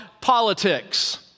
politics